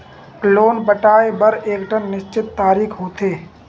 loan पटाए बर एकठन निस्चित तारीख होथे